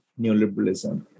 neoliberalism